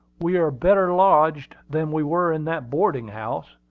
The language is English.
we are better lodged than we were in that boarding-house.